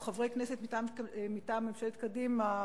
או חברי כנסת מטעם ממשלת קדימה,